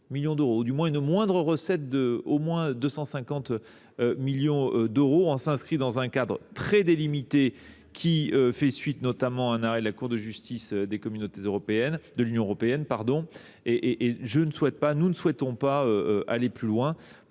ou, du moins, une moindre recette d’au moins 250 millions d’euros. Ils s’inscrivent tous dans un cadre très délimité, qui résulte notamment d’un arrêt de la Cour de justice de l’Union européenne. Nous ne souhaitons pas aller plus loin,